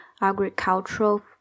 agricultural